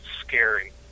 scary